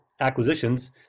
acquisitions